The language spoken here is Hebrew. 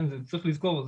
צריך לזכור,